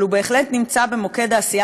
אבל הוא בהחלט נמצא במוקד העשייה